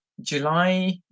july